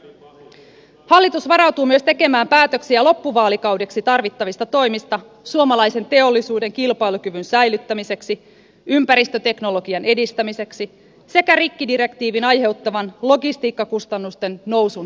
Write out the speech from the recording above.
hallitus varautuu myös tekemään päätöksiä loppuvaalikaudeksi tarvittavista toimista suomalaisen teollisuuden kilpailukyvyn säilyttämiseksi ympäristöteknologian edistämiseksi sekä rikkidirektiivin aiheuttaman logistiikkakustannusten nousun hillitsemiseksi